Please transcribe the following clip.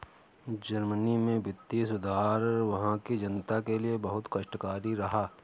Germany में वित्तीय सुधार वहां की जनता के लिए बहुत कष्टकारी रहा